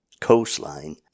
coastline